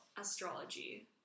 astrology